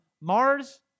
Mars